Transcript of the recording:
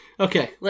Okay